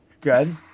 good